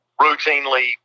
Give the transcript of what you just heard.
routinely